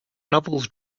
novels